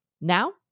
Now